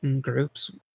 groups